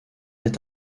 est